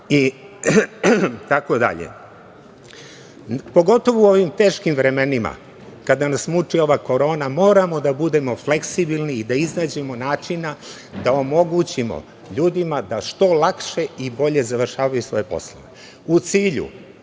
prava itd. Pogotovo u ovim teškim vremenima kada nas muči ova korona moramo da budemo fleksibilni i da iznađemo načina da omogućimo ljudima da što lakše i bolje završavaju svoje poslove.U